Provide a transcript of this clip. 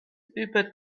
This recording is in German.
über